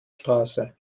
straße